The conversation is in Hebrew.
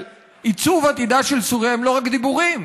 עיצוב עתידה של סוריה הם לא רק דיבורים,